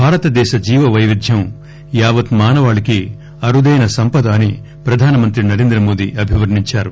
భారతదేశ జీవ వైవిధ్యం యావత్ మానవాళికి అరుదైన సంపదని ప్రధానమంత్రి నరేంద్రమోది అభివర్ణించారు